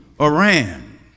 iran